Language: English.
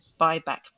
buyback